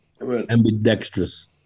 ambidextrous